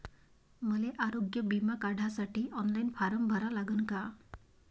मले आरोग्य बिमा काढासाठी ऑनलाईन फारम भरा लागन का?